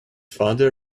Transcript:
father